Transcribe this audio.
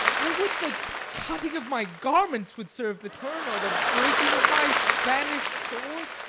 i would the cutting of my garments would serve the turn, or the breaking of my spanish sword.